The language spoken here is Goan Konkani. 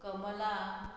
कमला